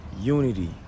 Unity